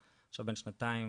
עכשיו בן שנתיים